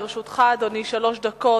לרשותך, אדוני, שלוש דקות.